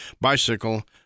bicycle